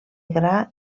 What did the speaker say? gra